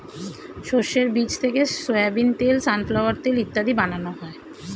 শস্যের বীজ থেকে সোয়াবিন তেল, সানফ্লাওয়ার তেল ইত্যাদি বানানো হয়